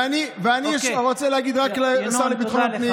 ואני רק רוצה להגיד לשר לביטחון הפנים,